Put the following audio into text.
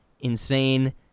insane